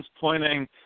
pointing –